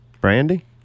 Brandy